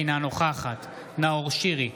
אינה נוכחת נאור שירי,